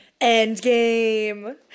Endgame